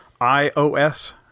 iOS